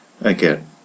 Again